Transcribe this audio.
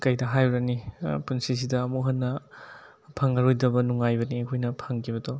ꯀꯩꯗ ꯍꯥꯏꯔꯨꯔꯅꯤ ꯄꯨꯟꯁꯤꯁꯤꯗ ꯑꯃꯨꯛ ꯍꯟꯅ ꯐꯪꯉꯔꯣꯏꯗꯕ ꯅꯨꯡꯉꯥꯏꯕꯅꯤ ꯑꯩꯈꯣꯏꯅ ꯐꯪꯈꯤꯕꯗꯣ